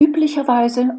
üblicherweise